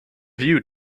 view